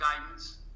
guidance